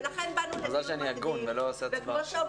מזל שאני הגון ולא עושה הצבעה פה.